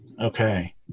Okay